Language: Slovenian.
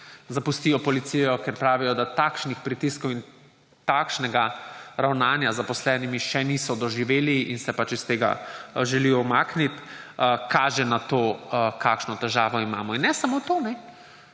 zapustijo policijo, ker pravijo, da takšnih pritiskov in takšnega ravnanja z zaposlenimi še niso doživeli, in se pač iz tega želijo umakniti –, kaže na to, kakšno težavo imamo. In ne samo to,